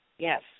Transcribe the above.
Yes